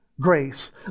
grace